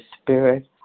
spirit